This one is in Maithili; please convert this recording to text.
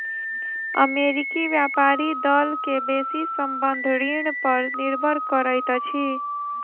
अमेरिकी व्यापारी दल के बेसी संबंद्ध ऋण पर निर्भर करैत अछि